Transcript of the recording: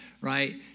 Right